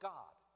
God